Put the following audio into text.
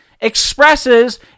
expresses